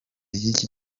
y’iki